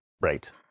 right